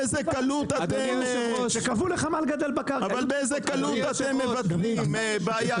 באיזה קלות אתם, באיזה קלות אתם מבטלים בעיה כזאת?